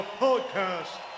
podcast